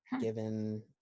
given